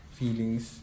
feelings